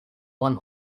one